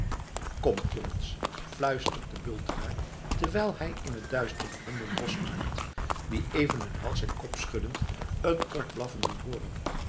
komt jongens fluistert de bultenaar terwijl hij in het duister de honden losmaakt die even hun hals en kop schuddend een kort blaffen doen hooren